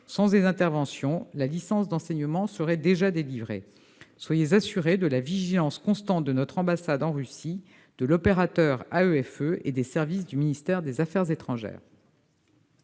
Sans ces interventions, la licence d'enseignement aurait déjà été délivrée. Monsieur le sénateur, soyez assuré de la vigilance constante de notre ambassade en Russie, de l'opérateur AEFE et des services du ministère des affaires étrangères.